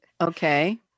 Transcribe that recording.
Okay